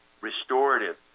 restorative